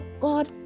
God